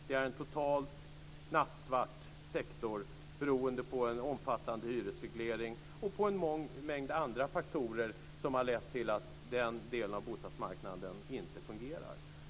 Det är en totalt nattsvart sektor beroende på en omfattande hyresreglering och på en mängd andra faktorer som har lett till att den delen av bostadsmarknaden inte fungerar.